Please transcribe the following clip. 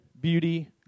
beauty